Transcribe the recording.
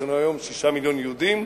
יש לנו היום 6 מיליון יהודים,